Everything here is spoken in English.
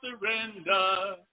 surrender